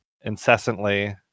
incessantly